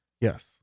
Yes